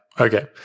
okay